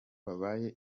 babaye